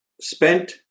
spent